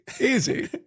easy